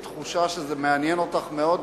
ויש לי תחושה שזה מעניין אותך מאוד,